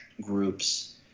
groups